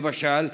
למשל?